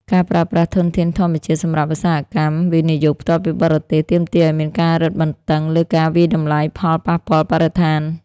ការប្រើប្រាស់ធនធានធម្មជាតិសម្រាប់ឧស្សាហកម្ម វិនិយោគផ្ទាល់ពីបរទេស ទាមទារឱ្យមានការរឹតបន្តឹងលើការវាយតម្លៃផលប៉ះពាល់បរិស្ថាន។